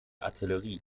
artillerie